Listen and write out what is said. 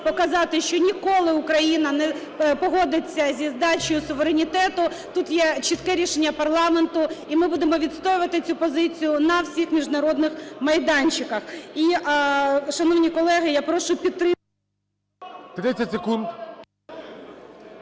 показати, що ніколи Україна не погодиться зі здачею суверенітету, тут є чітке рішення парламенту, і ми будемо відстоювати цю позицію на всіх міжнародних майданчиках. І, шановні колеги, я прошу підтримати…